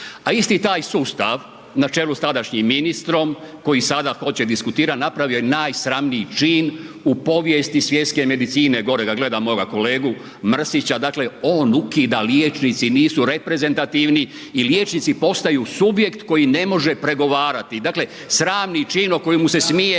A isti taj sustav na čelu s tadašnjim ministrom koji sada hoće diskutirati napravio je najsramniji čin u povijesti svjetske medicine, gore gledam moga kolegu Mrsića dakle on ukida liječnici nisu reprezentativni i liječnici postaju subjekt koji ne može pregovarati, dakle sramni čin o kojemu se smije